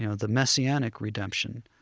you know the messianic redemption,